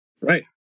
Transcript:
Right